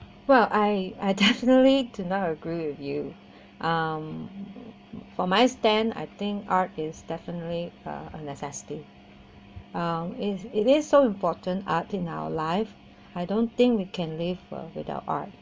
well I I definitely do not agree with you um for my stand I think art is definitely a necessity um it is important art in our lives I don't think we can live uh without art